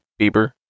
Bieber